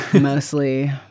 Mostly